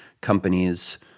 companies